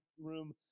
room